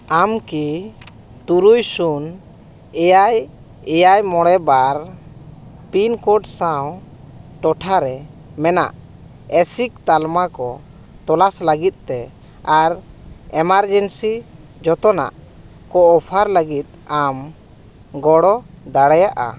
ᱟᱢ ᱠᱤ ᱛᱩᱨᱩᱭ ᱥᱩᱱ ᱮᱭᱟᱭ ᱮᱭᱟᱭ ᱢᱚᱬᱮ ᱵᱟᱨ ᱯᱤᱱ ᱠᱳᱰ ᱥᱟᱶ ᱴᱚᱴᱷᱟ ᱨᱮ ᱢᱮᱱᱟᱜ ᱮᱥᱤᱠ ᱛᱟᱞᱢᱟ ᱠᱚ ᱛᱚᱞᱟᱥ ᱞᱟᱹᱜᱤᱫ ᱟᱨ ᱮᱢᱟᱨᱡᱮᱱᱥᱤ ᱡᱚᱛᱚᱱᱟᱜ ᱠᱚ ᱚᱯᱷᱟᱨ ᱞᱟᱹᱜᱤᱫ ᱟᱢ ᱜᱚᱲᱚ ᱫᱟᱲᱮᱭᱟᱜᱼᱟ